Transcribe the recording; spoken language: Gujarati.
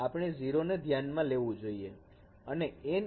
આપણે 0 ને ધ્યાન માં લેવું જોઈએ